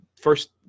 First